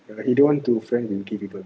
ya but he don't want to friend with gay people